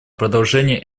продолжение